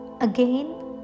Again